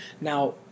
Now